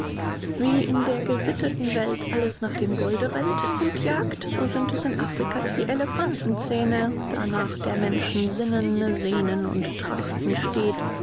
wie in der gesitteten welt alles nach dem golde rennt und jagt so sind es in afrika die elefantenzähne danach der menschen sinnen sehnen und trachten steht